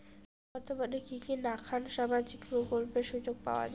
বর্তমানে কি কি নাখান সামাজিক প্রকল্পের সুযোগ পাওয়া যায়?